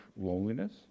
loneliness